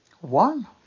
One